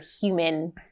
human